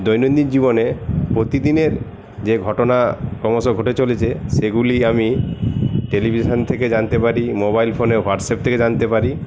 দৈনন্দিন জীবনে প্রতিদিনের যে ঘটনা ক্রমশ ঘটে চলেছে সেগুলি আমি টেলিভিশান থেকে জানতে পারি মোবাইল ফোনে হোয়াটসঅ্যাপ থেকে জানতে পারি